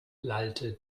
lallte